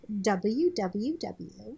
WWW